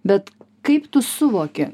bet kaip tu suvoki